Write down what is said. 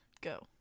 go